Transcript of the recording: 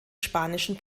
spanischen